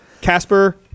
Casper